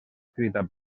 escrita